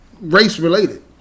race-related